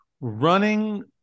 running